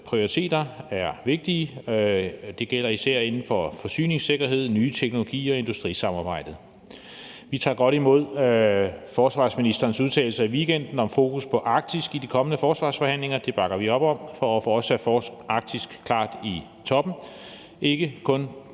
prioriteter er vigtige. Det gælder især inden for forsyningssikkerheden, nye teknologier og industrisamarbejdet. Vi tager godt imod forsvarsministerens udtalelser i weekenden om fokus på Arktis i de kommende forsvarsforhandlinger. Det bakker vi op om for også at få Arktis klart op i toppen,